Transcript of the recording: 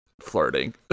flirting